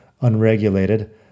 unregulated